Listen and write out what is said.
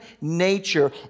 nature